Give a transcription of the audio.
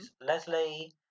Leslie